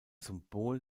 symbol